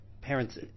parents